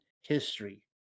history